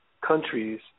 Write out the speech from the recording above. countries